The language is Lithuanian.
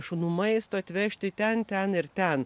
šunų maisto atvežti ten ten ir ten